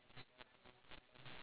oh okay okay